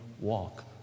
walk